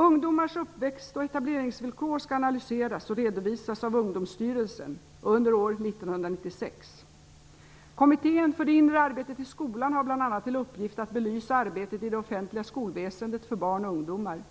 Ungdomars uppväxt och etableringsvillkor skall analyseras och redovisas av Ungdomsstyrelsen under år 1996. Kommittén för det inre arbetet i skolan har bl.a. till uppgift att belysa arbetet i det offentliga skolväsendet för barn och ungdomar.